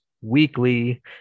weekly